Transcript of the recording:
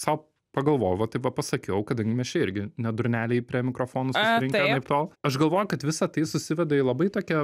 sau pagalvojau va tai va pasakiau kadangi mes čia irgi ne durneliai prie mikrofonų susirinkę anaiptol aš galvoju kad visa tai susiveda į tai tokią